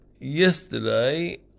yesterday